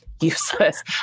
useless